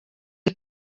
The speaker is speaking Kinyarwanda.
iyi